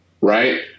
right